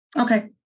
Okay